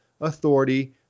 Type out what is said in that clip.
authority